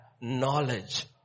knowledge